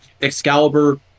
excalibur